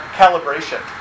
calibration